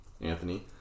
Anthony